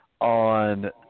on